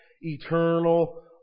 eternal